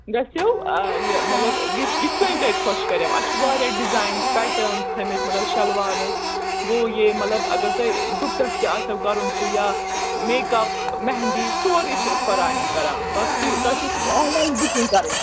گژھِو یہِ مطلب یِتھ کٔنۍ تُہۍ خۄش کَریو اَسہِ چھُ وارِیاہ ڈِزاینٕس پٮ۪ٹٲرنٕس تھٲمِتۍ مطلب شلوار حظ وہ یہِ مطلب اگر تۄہہِ ڈُپٹس تہِ آسیو کَرُن سُہ یا میٚکپ مہندی سورُے چھِ أسۍ فراہِم کران بس تُہۍ تۄہہِ چھُو آنلایَن بُکِنٛگ کَرٕنۍ